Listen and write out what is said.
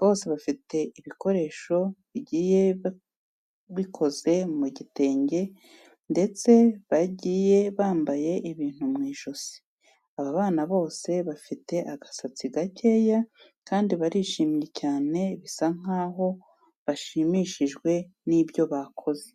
Bose bafite ibikoresho bigiye bikoze mu gitenge ndetse bagiye bambaye ibintu mu ijosi. Aba bana bose bafite agasatsi gakeya kandi barishimye cyane bisa nkaho bashimishijwe n'ibyo bakoze.